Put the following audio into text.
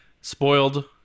spoiled